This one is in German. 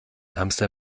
hamster